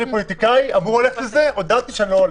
אני פוליטיקאי והודעתי שאני לא הולך.